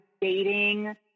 dating